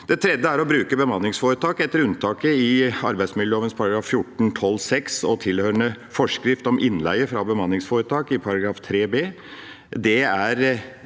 begge parter – bruke bemanningsforetak etter unntaket i arbeidsmiljøloven § 14-12 sjette ledd og tilhørende forskrift om innleie fra bemanningsforetak i § 3 b.